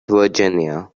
virginia